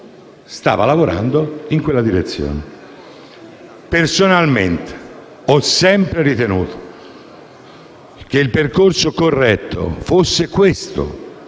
stava lavorando in quella direzione. Personalmente, ho sempre ritenuto che il percorso corretto fosse quello